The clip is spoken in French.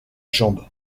jambe